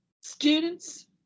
Students